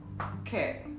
Okay